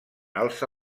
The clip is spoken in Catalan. alça